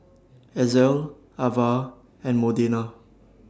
Ezell Avah and Modena